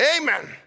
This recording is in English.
Amen